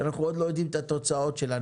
שאנחנו עוד לא יודעים את התוצאות שלה,